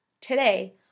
Today